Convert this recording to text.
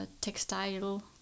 textile